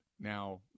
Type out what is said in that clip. now